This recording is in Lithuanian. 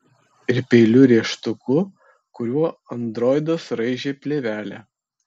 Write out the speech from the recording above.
ir peiliu rėžtuku kuriuo androidas raižė plėvelę